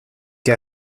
que